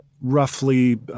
roughly –